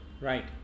Right